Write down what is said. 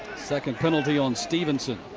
second penalty on stephenson.